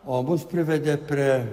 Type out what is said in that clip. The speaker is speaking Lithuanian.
o mus privedė prie